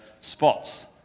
spots